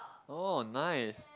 oh nice